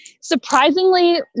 Surprisingly